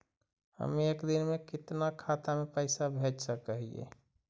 हम एक दिन में कितना खाता में पैसा भेज सक हिय?